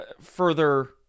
further